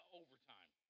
overtime